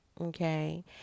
okay